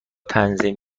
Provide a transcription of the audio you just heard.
تنظیم